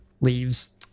leaves